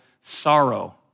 sorrow